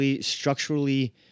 structurally